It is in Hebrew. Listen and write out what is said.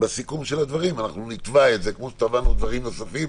בסיכום של הדברים אנחנו נתבע אותם כמו שתבענו דברים אחרים